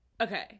Okay